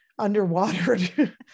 underwatered